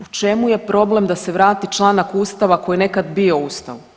U čemu je problem da se vrati članak Ustava koji je nekad bio u Ustavu?